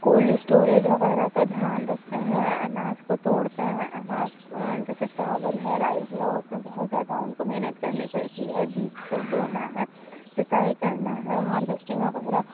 cold storage وغیرہ کا دھیان رکھتے ہیں اناج کو توڑتے ہیں اناج جیسے چاول ہے رائس ہے اُس میں بہت زیادہ اُن کو محنت کرنی پڑتی ہے بیج کو بونا ہے سِینچائی کرنا ہیں ہاروسٹنگ وغیرہ